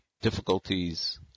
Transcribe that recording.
difficulties